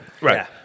Right